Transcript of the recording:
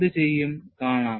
എന്തുചെയ്യും കാണാം